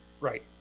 Right